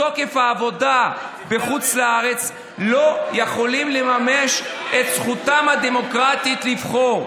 מתוקף העבודה בחוץ לארץ הם לא יכולים לממש את זכותם הדמוקרטית לבחור.